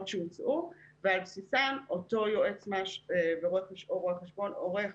שהוצאו ועל בסיסם אותו יועץ מס או רואה חשבון עורך